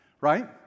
right